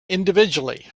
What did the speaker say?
individually